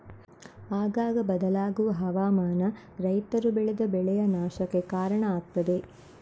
ಆಗಾಗ ಬದಲಾಗುವ ಹವಾಮಾನ ರೈತರು ಬೆಳೆದ ಬೆಳೆಯ ನಾಶಕ್ಕೆ ಕಾರಣ ಆಗ್ತದೆ